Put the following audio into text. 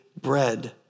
bread